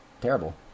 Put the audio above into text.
terrible